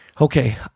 Okay